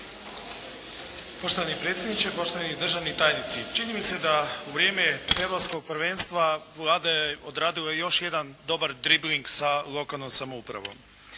Poštovani predsjedniče, poštovani državni tajnici, čini mi se da u vrijeme europskog prvenstva Vlada je odradila još jedan dobar dribling sa lokalnom samoupravom.